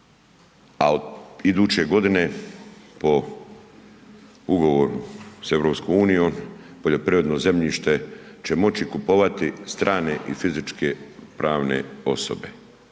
Ali iduće godine po ugovoru s EU poljoprivredno zemljište će moći kupovati strane i fizičke pravne osobe,